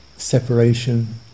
Separation